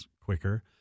quicker